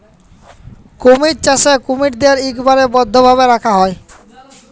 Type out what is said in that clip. কুমির চাষে কুমিরদ্যার ইকবারে বদ্ধভাবে রাখা হ্যয়